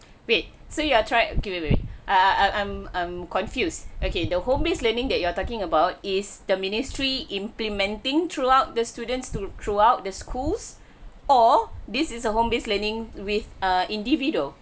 wait so you are trying okay wait wait wait err I I'm I'm I'm confused okay the home base learning that you are talking about is the ministry implementing throughout the students to throughout the schools or this is a home base learning with err individual